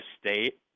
state